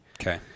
Okay